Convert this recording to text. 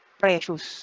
precious